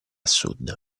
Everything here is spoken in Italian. sud